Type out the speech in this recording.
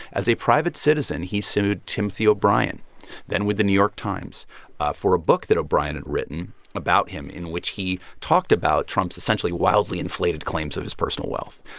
as a private citizen, he sued timothy o'brien then with the new york times for a book that o'brien had written about him in which he talked about trump's, essentially, wildly inflated claims of his personal wealth.